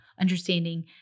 Understanding